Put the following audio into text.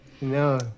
No